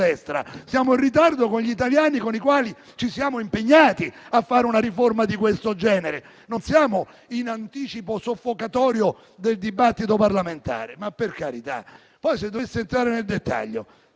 Siamo in ritardo con gli italiani con i quali ci siamo impegnati a fare una riforma di questo genere. Non siamo in anticipo soffocatorio del dibattito parlamentare. Ma, per carità. Poi, entrando nel dettaglio,